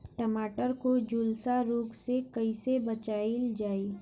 टमाटर को जुलसा रोग से कैसे बचाइल जाइ?